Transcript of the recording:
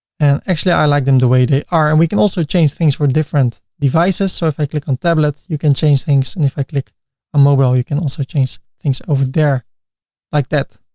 and actually i like them the way they are, and we can also change things for different devices. so if i click on tablets you can change things, and if i click on mobile you can also change things over there like that.